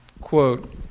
quote